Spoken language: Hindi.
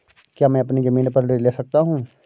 क्या मैं अपनी ज़मीन पर ऋण ले सकता हूँ?